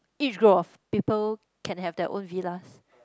each group of people can have their own villas